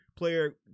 player